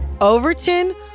Overton